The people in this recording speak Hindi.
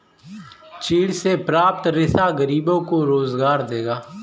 चीड़ से प्राप्त रेशा गरीबों को रोजगार देगा